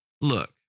Look